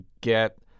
get